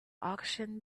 auction